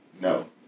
no